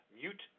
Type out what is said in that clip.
mute